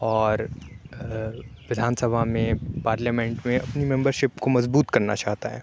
اور وِدھان سبھا میں پارلیمنٹ میں اپنی ممبر شپ کو مضبوط کرنا چاہتا ہے